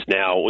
now